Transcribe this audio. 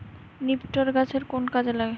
নিপটর গাছের কোন কাজে দেয়?